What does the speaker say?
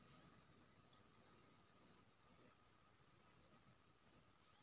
मिर्चाय के पत्ता में कवक रोग के लक्षण की होयत छै?